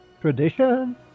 tradition